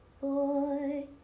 boy